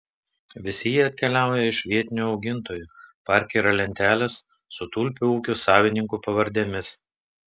visi jie atkeliauja iš vietinių augintojų parke yra lentelės su tulpių ūkių savininkų pavardėmis